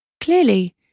Clearly